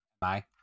Bye